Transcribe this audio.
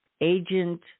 Agent